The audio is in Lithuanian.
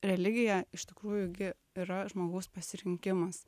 religija iš tikrųjų gi yra žmogaus pasirinkimas